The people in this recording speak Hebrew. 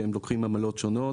שהם לוקחים עמלות שונות,